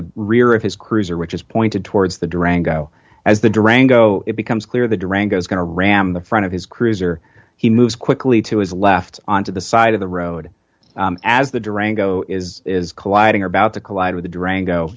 the rear of his cruiser which is pointed towards the durango as the durango it becomes clear the durango is going to ram the front of his cruiser he moves quickly to his left onto the side of the road as the durango is is colliding or about to collide with the durango